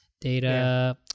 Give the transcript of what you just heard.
Data